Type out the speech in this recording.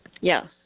Yes